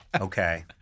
okay